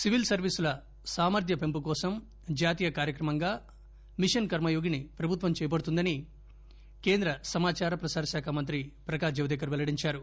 civil సర్వీసుల సామర్య పెంపు కోసం జాతీయ కార్యక్రమంగా మిషన్ కర్మయోగిని ప్రభుత్వం చేపడుతుందని కేంద్ర సమాచార ప్రసార శాఖ మంత్రి ప్రకాశ్ జవదేకర్ పెల్లడించారు